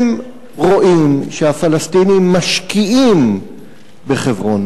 הם רואים שהפלסטינים משקיעים בחברון,